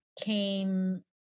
came